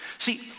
See